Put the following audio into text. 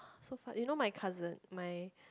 so far you know my cousin my